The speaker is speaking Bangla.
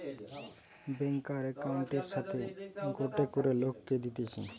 ব্যাংকার একউন্টের সাথে গটে করে লোককে দিতেছে